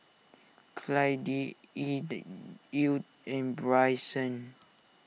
Clydie Edw U and Bryson